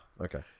Okay